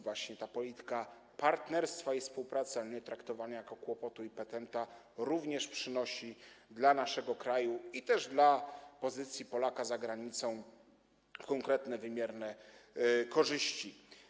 Właśnie ta polityka partnerstwa i współpracy, a nie traktowania jako kłopotu i petenta, również przynosi naszemu krajowi i pozycji Polaka za granicą konkretne, wymierne korzyści.